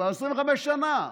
כבר 25 שנה.